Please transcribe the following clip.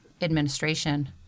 administration